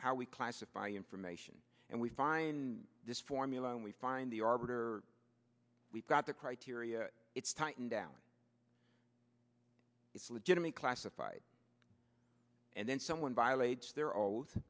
how we classify information and we find this formula and we find the arbiter we've got the criteria it's tightened down it's legitimate classified and then someone violates their o